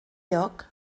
lloc